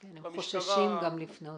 הם חוששים גם לפנות.